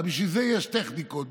בשביל זה יש טכניקות,